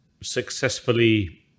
Successfully